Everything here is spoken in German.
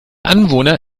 anwohner